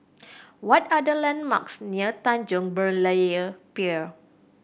what are the landmarks near Tanjong Berlayer Pier